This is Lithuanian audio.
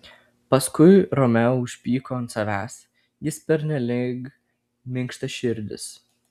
paskui romeo užpyko ant savęs jis pernelyg minkštaširdis